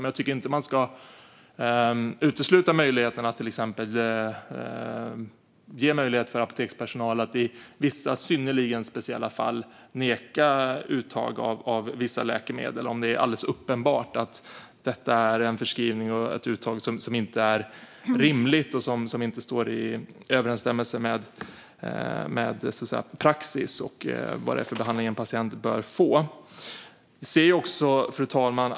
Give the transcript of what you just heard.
Men man ska inte utesluta möjligheten att till exempel ge apotekspersonal möjlighet att i vissa synnerligen speciella fall neka uttag av vissa läkemedel, om det är alldeles uppenbart att det är en förskrivning och ett uttag som inte är rimligt och som inte står i överenstämmelse med praxis och den behandling en patient bör få. Fru talman!